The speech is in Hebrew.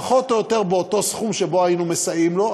פחות או יותר בסכום שבו היינו מסייעים לו,